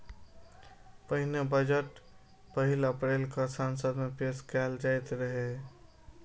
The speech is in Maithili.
पहिने बजट पहिल अप्रैल कें संसद मे पेश कैल जाइत रहै